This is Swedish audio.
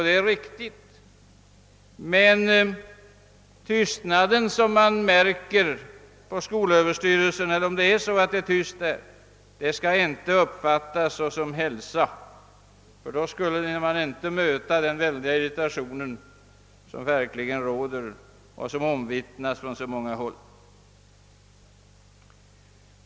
Det är riktigt, men om en viss tystnad kan märkas hos skolöverstyrelsen skall den inte uppfattas som ett tecken på hälsa, ty i så fall skulle man inte möta den väldiga irritation som verkligen råder och som omvittnas från så många olika håll.